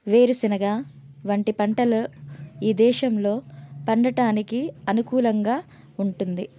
వేరుశనగ వంటి పంటలు ఈ దేశంలో పండటానికి అనుకూలంగా ఉంటుంది